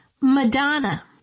Madonna